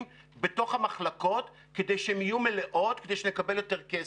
בתוך המחלקות כדי שהן יהיו מלאות כדי שנקבל יותר כסף.